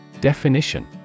Definition